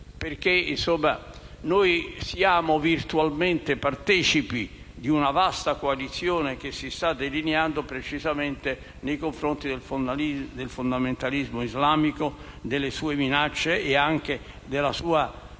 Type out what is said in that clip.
la Libia. Siamo virtualmente partecipi di una vasta coalizione che si sta delineando nei confronti del fondamentalismo islamico, delle sue minacce e anche della sua